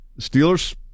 Steelers